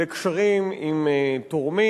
לקשרים עם תורמים.